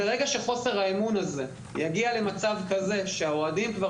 ברגע שחוסר האמון הזה יגיע למצב שהאוהדים כבר